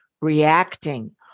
reacting